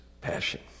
passion